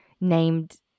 named